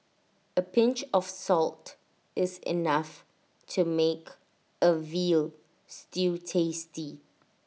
A pinch of salt is enough to make A Veal Stew tasty